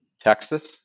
Texas